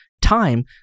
time